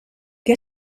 que